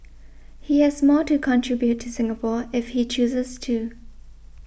he has more to contribute to Singapore if he chooses to